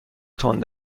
تند